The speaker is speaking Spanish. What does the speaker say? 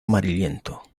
amarillento